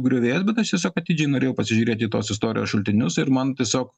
griovėjas bet aš tiesiog atidžiai norėjau pasižiūrėti į tos istorijos šaltinius ir man tiesiog